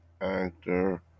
actor